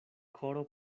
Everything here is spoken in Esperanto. koro